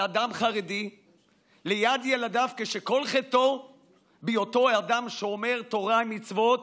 על אדם חרדי שכל חטאו בהיותו אדם שומר תורה ומצוות,